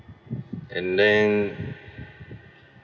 and then